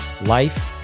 Life